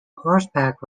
horseback